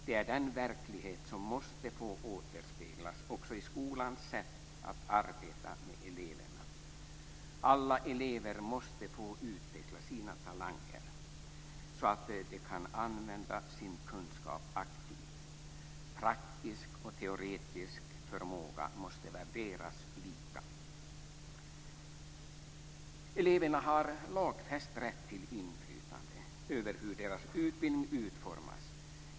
Det är den verklighet som måste få återspeglas också i skolans sätt att arbeta med eleverna. Alla elever måste få utveckla sina talanger så att de kan använda sin kunskap aktivt. Praktisk och teoretisk förmåga måste värderas lika. Eleverna har lagfäst rätt till inflytande över hur deras utbildning utformas.